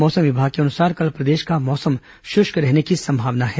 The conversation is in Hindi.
मौसम विभाग के अनुसार कल प्रदेश का मौसम शुष्क रहने की संभावना है